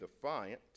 defiant